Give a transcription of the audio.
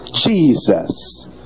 Jesus